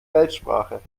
weltsprache